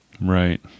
Right